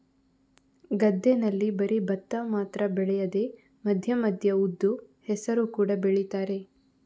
ಗದ್ದೆನಲ್ಲಿ ಬರೀ ಭತ್ತ ಮಾತ್ರ ಬೆಳೆಯದೆ ಮಧ್ಯ ಮಧ್ಯ ಉದ್ದು, ಹೆಸರು ಕೂಡಾ ಬೆಳೀತಾರೆ